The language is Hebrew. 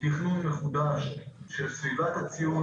תכנון מחודש של סביבת הציון,